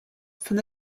from